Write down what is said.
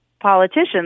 politicians